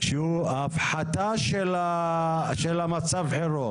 הפחתה של מצב החירום.